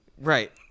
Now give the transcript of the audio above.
Right